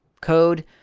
code